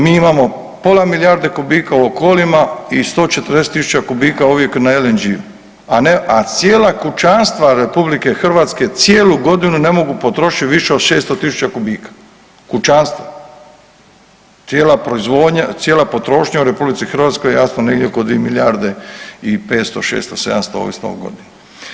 Mi imamo pola milijardi kubika u Okolima i 140.000 kubika uvijek na LNG, a cijela kućanstva RH cijelu godinu ne mogu potrošiti više od 600.000 kubika, kućanstva, cijela proizvodnja, cijela potrošnja u RH jasno negdje oko dvije milijarde i 500, 600, 700 ovisno o godini.